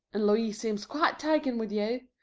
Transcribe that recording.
and louise seems quite taken with you.